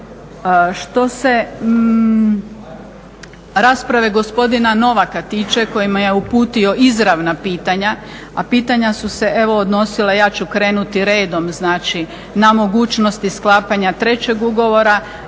Što se rasprave gospodina Novaka tiče kojima je uputio izravna pitanja, a pitanja su se evo odnosila, ja ću krenuti redom, znači na mogućnosti sklapanja trećeg ugovora.